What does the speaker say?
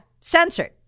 censored